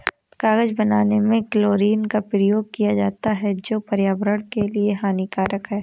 कागज बनाने में क्लोरीन का प्रयोग किया जाता है जो पर्यावरण के लिए हानिकारक है